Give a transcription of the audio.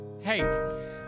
Hey